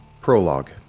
Prologue